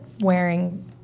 wearing